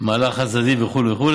מהלך חד-צדדי וכו' וכו',